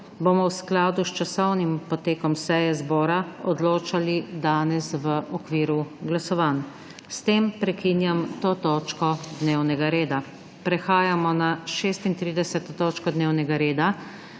bomo v skladu s časovnim potekom seje zbora odločali danes v okviru glasovanj. S tem prekinjam to točko dnevnega reda. Prehajamo na **36. TOČKO DNEVNEGA REDA,